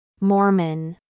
Mormon